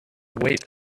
wait